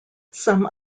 some